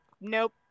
nope